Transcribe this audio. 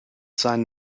sein